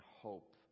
hope